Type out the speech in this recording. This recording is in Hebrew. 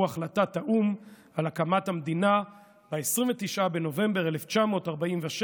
הוא החלטת האו"ם על הקמת המדינה ב-29 בנובמבר 1947,